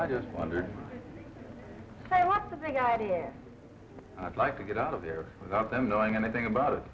i just wondered what the big idea i'd like to get out of there without them knowing anything about it